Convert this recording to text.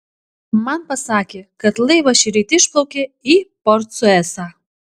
man pasakė kad laivas šįryt išplaukė į port suecą